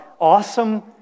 awesome